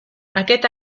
aquest